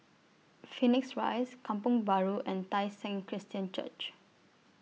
Phoenix Rise Kampong Bahru and Tai Seng Christian Church